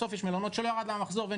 בסוף יש מלונות שלא ירד להם המחזור ואין